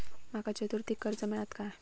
माका चतुर्थीक कर्ज मेळात काय?